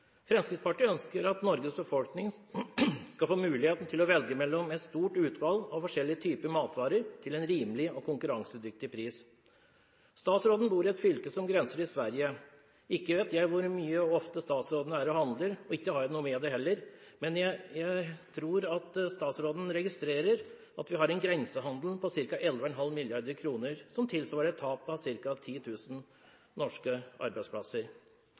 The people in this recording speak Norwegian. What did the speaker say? Fremskrittspartiet på forbrukerperspektivet. Fremskrittspartiet ønsker at Norges befolkning skal få muligheten til å velge mellom et stort utvalg av forskjellige typer matvarer til en rimelig og konkurransedyktig pris. Statsråden bor i et fylke som grenser til Sverige. Ikke vet jeg hvor mye og ofte statsråden er og handler, og ikke har jeg noe med det heller, men jeg tror at statsråden registrerer at vi har en grensehandel på ca. 11,5 mrd. kr, som tilsvarer et tap av ca. 10 000 norske arbeidsplasser.